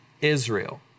Israel